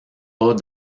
pas